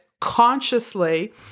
consciously